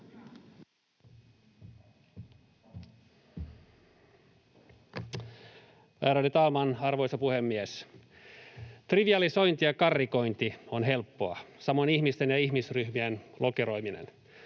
arvoisa puhemies! Trivialisointi ja karrikointi on helppoa, samoin ihmisten ja ihmisryhmien lokeroiminen.